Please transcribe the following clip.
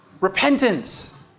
Repentance